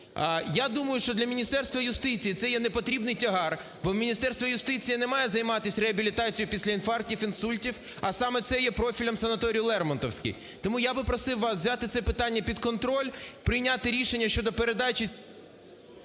Я думаю, що для Міністерства юстиції це є непотрібний тягар, бо Міністерство юстиції не має займатися реабілітацією після інфарктів, інсультів, а саме це є профілем санаторію "Лермонтовський". Тому я би просив вас взяти це питання під контроль. Прийняти рішення щодо передачі…